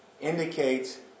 indicates